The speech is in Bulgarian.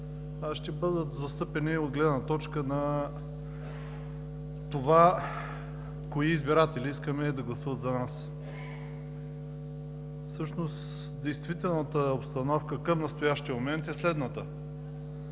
ще бъдат застъпени от гледна точка на това кои избиратели искаме да гласуват за нас. Всъщност действителната обстановка към настоящия момент е следната.